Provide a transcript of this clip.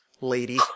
lady